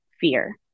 fear